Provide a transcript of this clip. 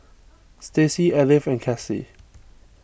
Stacey Edythe and Classie